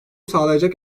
sağlayacak